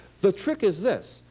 the trick is this.